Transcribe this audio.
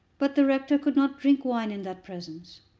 but the rector could not drink wine in that presence,